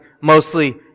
mostly